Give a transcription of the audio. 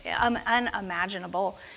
unimaginable